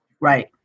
Right